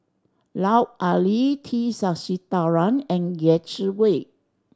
Lut Ali T Sasitharan and Yeh Chi Wei